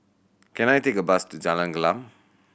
can I take a bus to Jalan Gelam